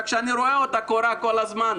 רק שאני רואה אותה קורית כל הזמן.